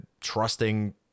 trusting